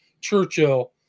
Churchill